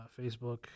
Facebook